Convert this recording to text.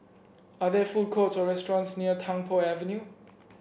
are there food courts or restaurants near Tung Po Avenue